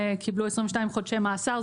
קיבלו 22 חודשי מאסר.